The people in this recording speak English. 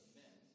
men